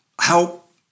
help